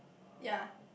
ya